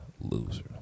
Loser